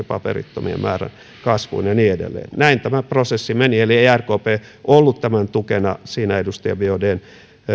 paperittomien määrän kasvuun ja niin edelleen näin tämä prosessi meni eli ei rkp ollut tämän tukena siinä edustaja biaudetn